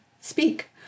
Speak